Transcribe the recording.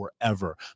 forever